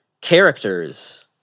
characters